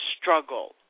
struggle